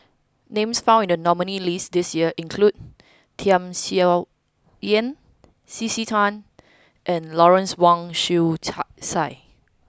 names found in the nominees' list this year include Tham Sien Yen C C Tan and Lawrence Wong Shyun Tsai